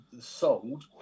sold